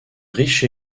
riche